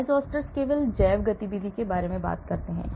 Bioisosteres केवल जैव गतिविधि के बारे में बात करते हैं